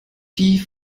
die